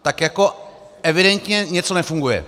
Tak evidentně něco nefunguje.